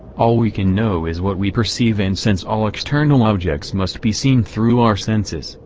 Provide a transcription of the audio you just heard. all we can know is what we perceive and since all external objects must be seen through our senses,